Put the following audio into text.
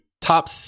top